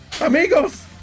Amigos